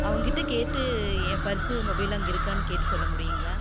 அவங்ககிட்ட கேட்டு என் பர்ஸு மொபைல்லாம் அங்கே இருக்கான்னு கேட்டு சொல்ல முடியுங்களா